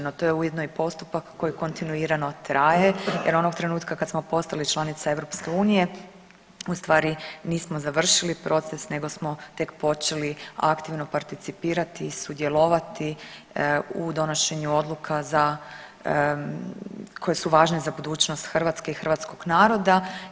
No, to je ujedno i postupak koji kontinuirano traje jer onog trenutka kad smo postali članica EU u stvari nismo završili proces nego smo tek počeli aktivno participirati i sudjelovati u donošenju odluka za, koje su važne za budućnost Hrvatske i hrvatskog naroda.